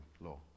law